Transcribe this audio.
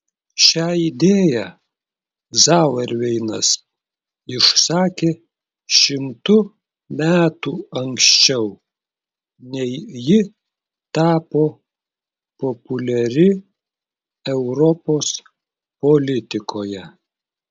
šią idėją zauerveinas išsakė šimtu metų anksčiau nei ji tapo populiari europos politikoje